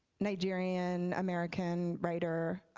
nigerian american writer,